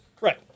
right